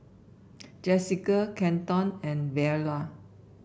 Jessica Kenton and Veola